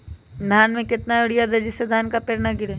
धान में कितना यूरिया दे जिससे धान का पेड़ ना गिरे?